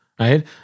Right